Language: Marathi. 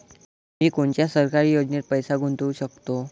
मी कोनच्या सरकारी योजनेत पैसा गुतवू शकतो?